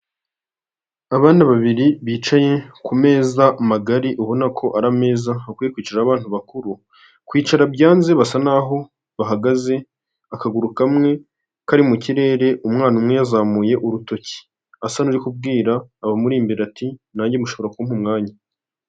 Abana babiri bicaye ku meza magari, ubona ko ari meza ukwiye kwicaraho abantu bakuru. Kwicara byanze basa n'aho bahagaze, akaguru kamwe kari mu kirere. Umwana umwe yazamuye urutoki asa n'uri kubwira abamuri imbere ati, nanjye mushobora kuma umwanya.